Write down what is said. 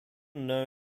know